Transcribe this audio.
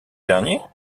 dernier